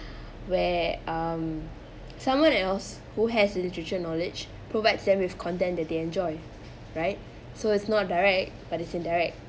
where um someone else who has literature knowledge provides them with content that they enjoy right so it's not direct but it's indirect